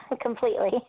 completely